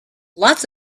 lots